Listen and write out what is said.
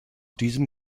diesem